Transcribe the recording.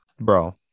bro